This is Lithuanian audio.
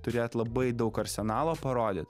turėt labai daug arsenalo parodyt